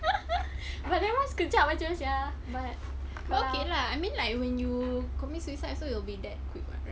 but that [one] sekejap jer sia but okay lah I mean like when you commit suicide also it'll be that quick mah right